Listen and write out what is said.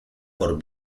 por